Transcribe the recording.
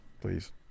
please